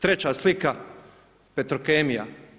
Treća slika Petrokemija.